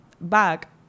back